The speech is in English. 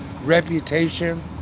Reputation